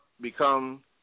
become